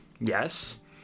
Yes